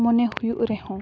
ᱢᱚᱱᱮ ᱦᱩᱭᱩᱜ ᱨᱮᱦᱚᱸ